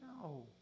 no